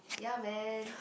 ya man